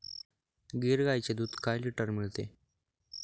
गीर गाईचे दूध काय लिटर मिळते?